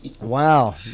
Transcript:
Wow